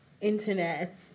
internet